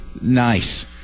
nice